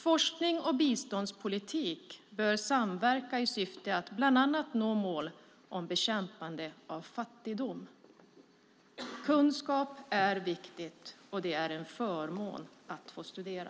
Forskning och biståndspolitik bör samverka i syfte att bland annat nå mål om bekämpandet av fattigdom. Kunskap är viktigt. Det är en förmån att få studera.